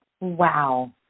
Wow